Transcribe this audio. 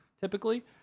typically